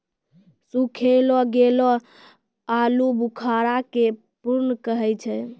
सुखैलो गेलो आलूबुखारा के प्रून कहै छै